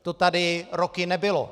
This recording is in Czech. To tady roky nebylo.